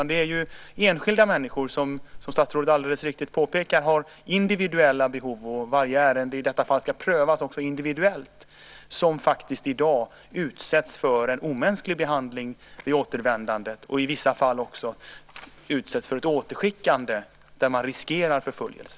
Det är ju enskilda människor som, som statsrådet alldeles riktigt påpekar, har individuella behov - varje ärende i detta fall ska prövas individuellt - och som i dag faktiskt utsätts för en omänsklig behandling vid återvändandet. I vissa fall utsätts de också för ett återskickande och riskerar förföljelse.